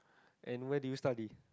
and where do you study